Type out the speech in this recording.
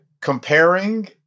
comparing